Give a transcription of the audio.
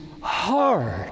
hard